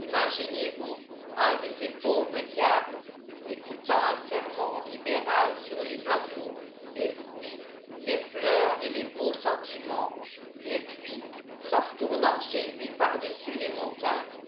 imaginez-vous un de ces pauvres diables écoutant un sermon libéral sur les oiseaux les fruits les fleurs et les beaux sentiments et puis s'en retournant chez lui par-dessus les montagnes